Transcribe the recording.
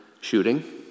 shooting